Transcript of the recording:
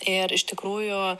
ir iš tikrųjų